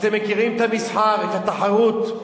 אתם מכירים את המסחר, את התחרות.